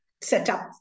setup